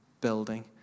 Building